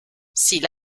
s’il